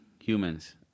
humans